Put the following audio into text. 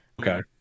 Okay